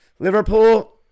Liverpool